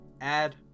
add